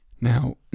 Now